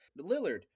Lillard